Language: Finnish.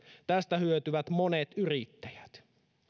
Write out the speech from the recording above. tästä hyötyvät monet yrittäjät